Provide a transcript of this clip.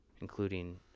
including